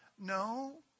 No